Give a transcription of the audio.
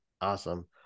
Awesome